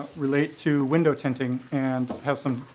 relate to window tinting and has some